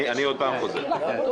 אני עוד פעם חוזר על זה.